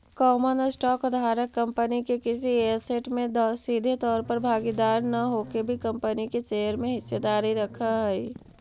common stock धारक company के किसी ऐसेट में सीधे तौर पर भागीदार न होके भी कंपनी के शेयर में हिस्सेदारी रखऽ हइ